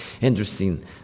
Interesting